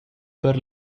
per